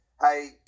hey